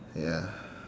ya